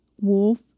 wolf